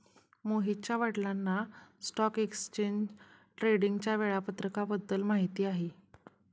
मोहितच्या वडिलांना stock exchange ट्रेडिंगच्या वेळापत्रकाबद्दल माहिती आहे